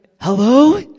Hello